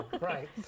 Right